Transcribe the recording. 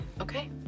Okay